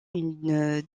une